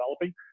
developing